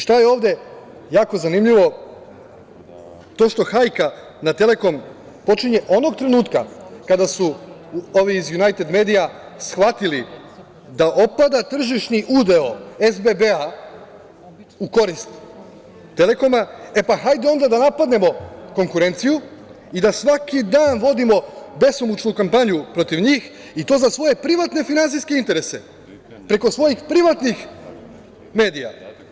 Šta je ovde jako zanimljivo, to što hajka na „Telekom“ počinje onog trenutka kada su ovi iz Junajted medija shvatili da opada tržišni udeo SBB u korist „Telekoma“, pa hajde onda da napadnemo konkurenciju i da svaki dan vodimo besomučnu kampanju protiv njih i to za svoje privatne finansijske interese, preko svojih privatnih medija.